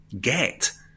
get